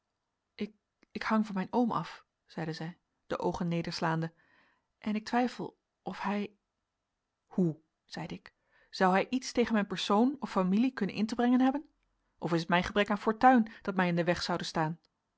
overwinnen ik hang van mijn oom af zeide zij de oogen nederslaande en ik twijfel of hij hoe zeide ik zou hij iets tegen mijn persoon of familie kunnen in te brengen hebben of is het mijn gebrek aan fortuin dat mij in den weg zoude staan